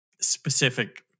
specific